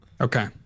Okay